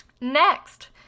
Next